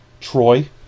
Troy